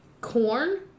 corn